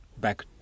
back